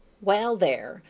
well, there!